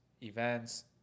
events